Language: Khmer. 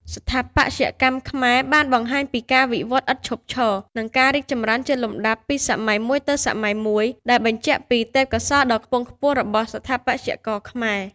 ស្ថាបត្យកម្មខ្មែរបានបង្ហាញពីការវិវត្តន៍ឥតឈប់ឈរ និងការរីកចម្រើនជាលំដាប់ពីសម័យមួយទៅសម័យមួយ ដែលបញ្ជាក់ពីទេពកោសល្យដ៏ខ្ពង់ខ្ពស់របស់ស្ថាបត្យករខ្មែរ។